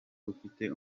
ufite